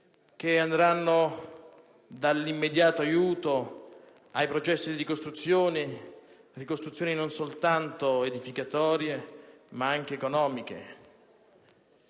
a partire dall'immediato aiuto ai processi di ricostruzione, una ricostruzione non soltanto edificatoria ma anche economica,